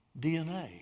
DNA